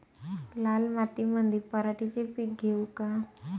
लाल मातीमंदी पराटीचे पीक घेऊ का?